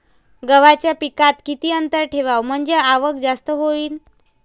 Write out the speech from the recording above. गव्हाच्या पिकात किती अंतर ठेवाव म्हनजे आवक जास्त होईन?